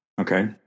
Okay